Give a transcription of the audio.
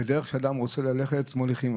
הם עוסקים בדבר שלהם הציבורי כאילו זה היה עסק פרטי.